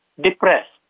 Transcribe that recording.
depressed